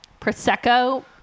Prosecco